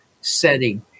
setting